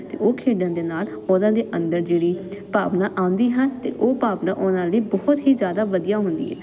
ਅਤੇ ਉਹ ਖੇਡਣ ਦੇ ਨਾਲ ਉਹਨਾਂ ਦੇ ਅੰਦਰ ਜਿਹੜੀ ਭਾਵਨਾ ਆਉਂਦੀ ਹੈ ਅਤੇ ਉਹ ਭਾਵਨਾ ਉਹਨਾਂ ਲਈ ਬਹੁਤ ਹੀ ਜ਼ਿਆਦਾ ਵਧੀਆ ਹੁੰਦੀ ਹੈ